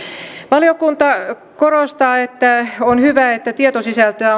valiokunta korostaa että on hyvä että tietosisältöä